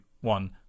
one